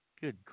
Good